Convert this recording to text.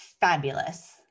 Fabulous